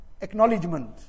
acknowledgement